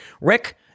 Rick